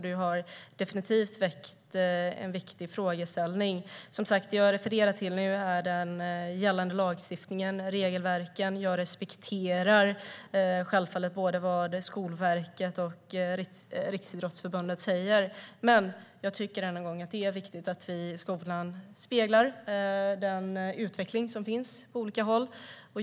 Du har definitivt väckt en viktig frågeställning. Det jag refererar till är den nuvarande lagstiftningen och regelverken. Jag respekterar självfallet vad Skolverket och Riksidrottsförbundet säger, men jag tycker att det är viktigt att vi i skolan speglar den utveckling som finns på olika håll.